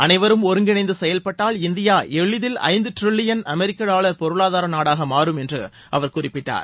அனைவரும் ஒருங்கிணைந்து செயல்பட்டால் இந்தியா எளிதில் ஐந்து டிரில்லியன் அமெரிக்க டாலர் பொருளாதார நாடாக மாறும் என்று அவர் குறிப்பிட்டார்